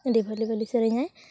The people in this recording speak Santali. ᱟᱹᱰᱤ ᱵᱷᱟᱹᱞᱤᱼᱵᱷᱟᱹᱞᱤ ᱥᱮᱨᱮᱧᱟᱭ